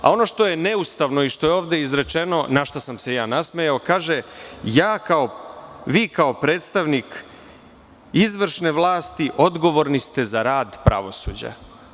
Ono što je neustavno i što je ovde izrečeno, na šta sam se nasmejao, kaže – vi kao predstavnik izvršne vlasti odgovorni ste za rad pravosuđa.